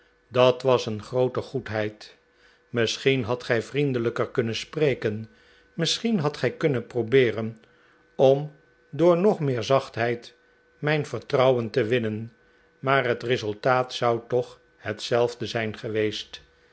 dat was een groote goedheid misschien hadt gij vriendelijker kunnen spreken misschien hadt gij kunnen probeeren om door nog meer zachtheid mijn vertrouwen te winnen maar het resultaat zou toch hetzelfde zijn geweest